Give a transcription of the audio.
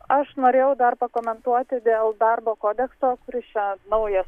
aš norėjau dar pakomentuoti dėl darbo kodekso kuris čia naujas